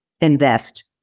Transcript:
invest